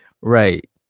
Right